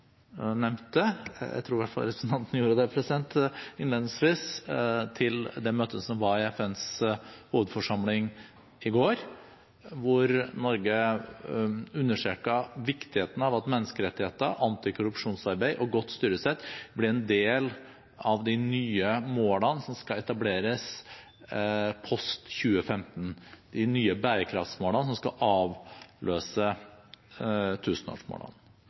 nevnte – jeg tror i hvert fall representanten gjorde det innledningsvis – møtet som var i FNs hovedforsamling i går, hvor Norge understreket viktigheten av at menneskerettigheter, antikorrupsjonsarbeid og godt styresett blir en del av de nye målene som skal etableres post 2015, de nye bærekraftmålene som skal avløse tusenårsmålene.